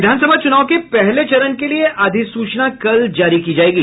विधानसभा चुनाव के पहले चरण के लिये अधिसूचना कल जारी की जायेगी